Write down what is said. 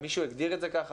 מישהו הגדיר את זה ככה?